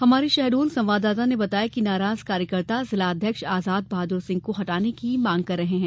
हमारे शहडोल संवाददाता ने बताया है कि नाराज कार्यकर्ता जिला अध्यक्ष आजाद बहादुर सिंह को हटाने की मांग कर रहे हैं